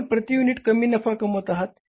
आपण प्रति युनिट कमी नफा कमवत आहात